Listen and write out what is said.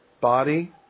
body